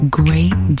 great